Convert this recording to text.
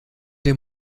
der